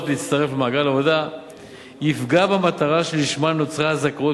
להצטרף למעגל העבודה יפגע במטרה שלשמה נוצרה הזכאות